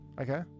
okay